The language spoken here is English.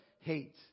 hate